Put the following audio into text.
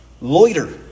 loiter